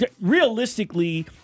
realistically